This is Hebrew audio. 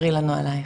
תספרי לנו עלייך.